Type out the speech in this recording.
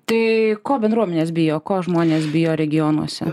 tai ko bendruomenės bijo ko žmonės bijo regionuose